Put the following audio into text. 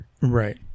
Right